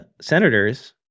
senators